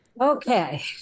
Okay